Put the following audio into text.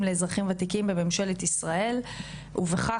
לאזרחים וותיקים בממשלת ישראל ובכך,